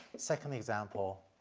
second example,